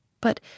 but